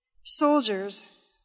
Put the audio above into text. soldiers